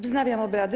Wznawiam obrady.